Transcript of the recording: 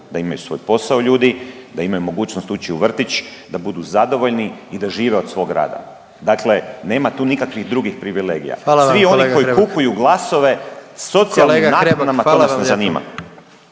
da imaju svoj posao ljudi, da imaju mogućnost ući u vrtić, da budu zadovoljni i da žive od svoga rada. Dakle, nema tu nikakvih drugih privilegija. …/Upadica predsjednik: Hvala vam kolega